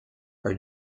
are